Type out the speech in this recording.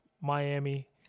Miami